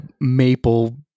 maple